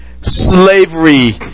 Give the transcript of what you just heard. slavery